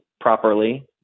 properly